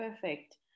Perfect